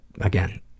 again